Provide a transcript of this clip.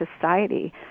society